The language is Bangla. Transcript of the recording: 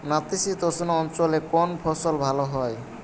নাতিশীতোষ্ণ অঞ্চলে কোন ফসল ভালো হয়?